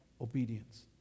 Obedience